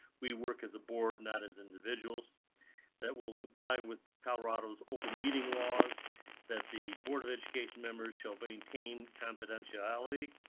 we work as a board, not as individuals that will comply with colorado's open meeting laws that the board of education members shall maintain confidentiality.